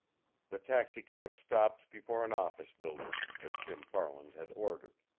the taxicab stopped before an office building, as jim farland had ordered.